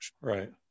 Right